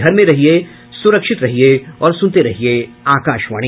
घर में रहिये सुरक्षित रहिये और सुनते रहिये आकाशवाणी